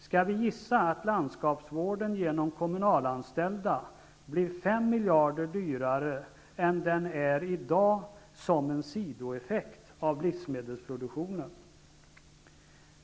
Skall vi gissa att landskapsvården genom kommunalanställda blir 5 miljarder dyrare än den är i dag, som en sidoeffekt av livsmedelsproduktionen.